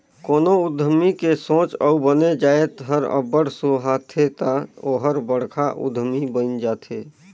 कोनो उद्यमी के सोंच अउ बने जाएत हर अब्बड़ सुहाथे ता ओहर बड़खा उद्यमी बइन जाथे